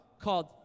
called